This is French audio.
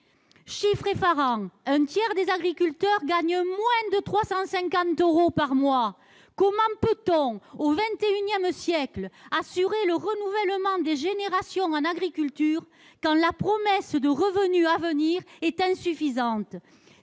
Chiffre effarant, un tiers des agriculteurs gagne moins de 350 euros par mois ! Comment peut-on, au XXI siècle, assurer le renouvellement des générations dans l'agriculture quand la promesse de revenus à venir est insuffisante ?